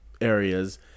areas